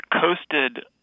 coasted